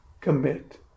commit